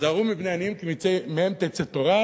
היזהרו מבני עניים כי מהם תצא תורה,